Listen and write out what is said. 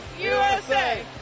USA